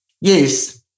Yes